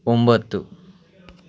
ಒಂಬತ್ತು